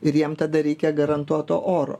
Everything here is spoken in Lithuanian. ir jiem tada reikia garantuoto oro